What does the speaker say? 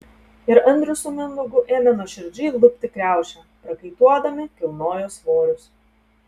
ir andrius su mindaugu ėmė nuoširdžiai lupti kriaušę prakaituodami kilnojo svorius